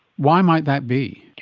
why might that be?